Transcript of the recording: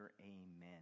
Amen